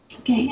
Okay